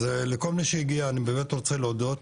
אז, לכל מי שהגיע אני באמת רוצה להודות,